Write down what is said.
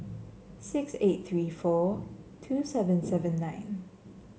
six eight three four two seven seven nine